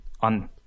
on